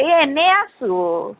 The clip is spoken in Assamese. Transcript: এ এনেই আছোঁ